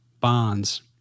bonds